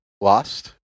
Lost